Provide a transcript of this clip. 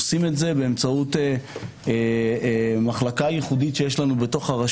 אנו עושים זאת באמצעות מחלקה ייחודית שיש לנו ברשות,